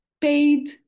paid